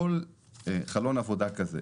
כל חלון עבודה כזה,